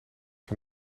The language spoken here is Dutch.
van